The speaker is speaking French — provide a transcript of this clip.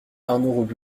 arnaud